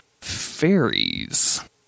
fairies